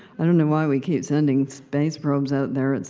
i don't know why we keep sending space probes out there,